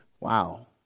Wow